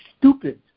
stupid